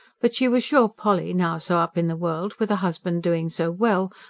but she was sure polly, now so up in the world, with a husband doing so well,